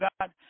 God